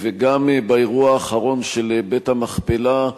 גם באירוע האחרון של בית-המכפלה,